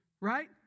Right